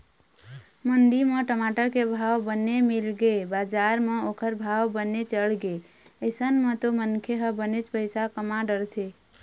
मंडी म टमाटर के भाव बने मिलगे बजार म ओखर भाव बने चढ़गे अइसन म तो मनखे ह बनेच पइसा कमा डरथे